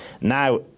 Now